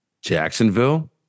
jacksonville